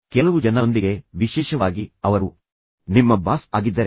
ಕೆಲವು ಜನರೊಂದಿಗೆ ವಿಶೇಷವಾಗಿ ಅವರು ನಿಮ್ಮ ಬಾಸ್ ಆಗಿದ್ದರೆ